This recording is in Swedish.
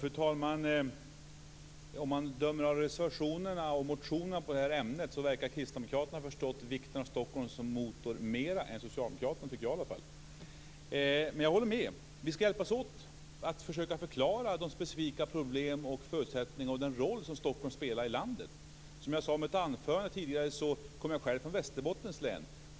Fru talman! Att döma av reservationerna och motionerna i det här ärendet har kristdemokraterna bättre än socialdemokraterna förstått vikten av Stockholm som motor. Men jag håller med om att vi skall hjälpas åt med att vi försöka förklara de specifika problem och förutsättningar som Stockholm har och den roll som Stockholm spelar i landet. Som jag tidigare sade i mitt anförande kommer jag själv från Västerbottens län.